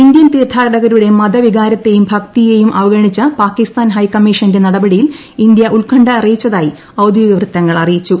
Indian തീർത്ഥാടകരുടെ മതവികാരത്തേയും ഭക്തിയേയും അവഗണിച്ച പാകിസ്ഥാൻ ഹൈക്കമ്മീഷന്റെ നടപടിയിൽ ഇന്ത്യ ഉത്കണ്ഠ അറിയിച്ചതായി ഔദ്യോഗിക വൃത്തങ്ങൾ അറിയിച്ചു